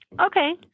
Okay